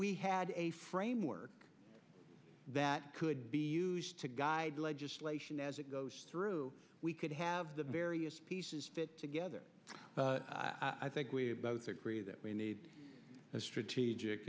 we had a framework that could be used to guide legislation as it goes through we could have the various pieces fit together i think we both agree that we need a strategic